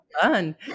fun